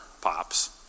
Pops